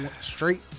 straight